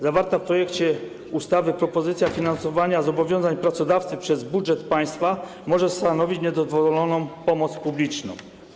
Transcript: Zawarta w projekcie ustawy propozycja finansowania zobowiązań pracodawcy przez budżet państwa może stanowić niedozwoloną pomoc publiczną.